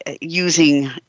using